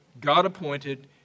God-appointed